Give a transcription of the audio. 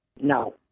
No